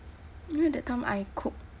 you know that time I cook